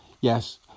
yes